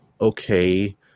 okay